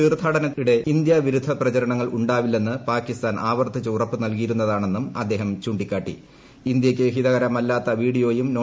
തീർത്ഥാടനത്തിനിടെ India വിരുദ്ധ പ്രചരണങ്ങൾ ഉണ്ടാവില്ലെന്ന് പാകിസ്ഥാൻ ആവർത്തിച്ച് ഉറപ്പു നൽകിയിരുന്നതാണെന്നും അദ്ദേഹം ഇന്ത്യയ്ക്ക് ഹിതകരമല്ലാത്ത വീഡിയോയും ചൂണ്ടിക്കാട്ടി